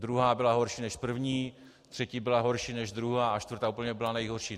Druhá byla horší než první, třetí byla horší než druhá a čtvrtá úplně byla nejhorší.